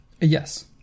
Yes